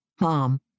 Mom